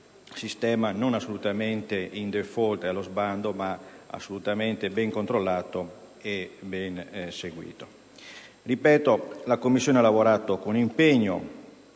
sistema non è *in default*, allo sbando, ma è assolutamente ben controllato e seguito. Ripeto, la Commissione ha lavorato con impegno,